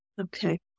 Okay